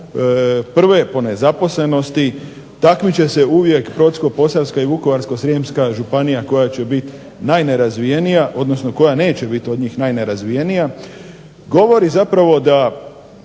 prve po nezaposlenosti, takmiče se uvijek Brodsko-posavska i Vukovarsko-srijemska županija koja će biti najnerazvijenija, odnosno koja neće biti od njih najnerazvijenija govori zapravo da